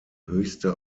höchste